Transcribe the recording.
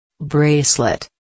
Bracelet